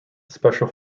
special